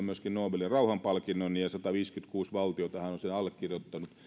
myöskin nobelin rauhanpalkinnon ja sadanviidenkymmenenkuuden valtiotahan on sen allekirjoittanut